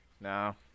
No